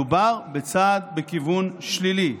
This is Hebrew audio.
מדובר בצעד בכיוון שלילי,